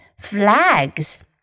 Flags